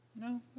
No